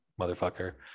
motherfucker